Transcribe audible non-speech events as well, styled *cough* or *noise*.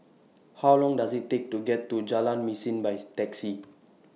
How Long Does IT Take to get to Jalan Mesin By *noise* Taxi